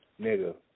nigga